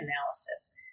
analysis